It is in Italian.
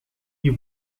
you